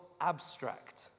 abstract